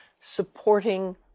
supporting